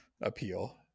appeal